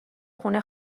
خونه